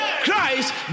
Christ